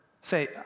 say